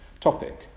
topic